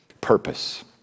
purpose